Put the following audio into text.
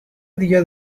دیگه